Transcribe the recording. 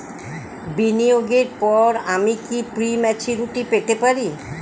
বিনিয়োগের পর আমি কি প্রিম্যচুরিটি পেতে পারি?